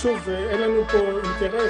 אין לנו פה אינטרס,